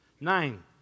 Nine